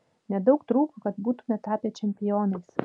nedaug trūko kad būtumėme tapę čempionais